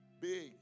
Big